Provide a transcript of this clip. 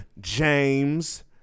James